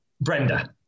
Brenda